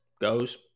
Goes